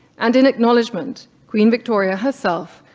and in acknowledgement, queen victoria herself,